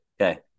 Okay